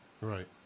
Right